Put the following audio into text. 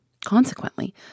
Consequently